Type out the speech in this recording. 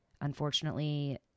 unfortunately